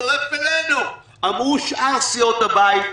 שהצטרף אלינו, אמרו גם שאר סיעות הבית.